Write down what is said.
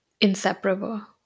inseparable